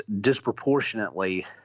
disproportionately